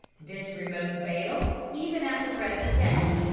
this remote vale, even at the present day,